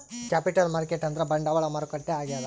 capital market ಅಂದ್ರ ಬಂಡವಾಳ ಮಾರುಕಟ್ಟೆ ಆಗ್ಯಾದ